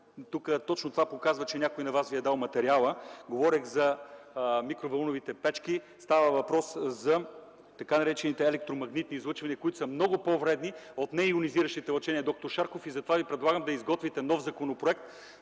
тук, точно това показва, че някой на вас ви е дал материала. Говорих за микровълновите печки. Става въпрос за така наречените електромагнитни излъчвания, които са много по-вредни от нейонизиращите лъчения, д-р Шарков, и за това Ви предлагам да изготвите нов законопроект